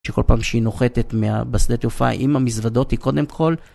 שכל פעם שהיא נוחתת בשדה התעופה עם המזוודות היא קודם כל.